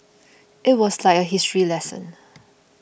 it was like a history lesson